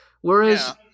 whereas